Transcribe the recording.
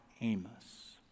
Amos